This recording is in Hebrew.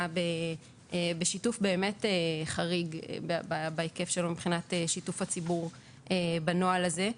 בשיתוף חריג בהיקפו מבחינת שיתוף הציבור בנוהל הזה.